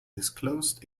disclosed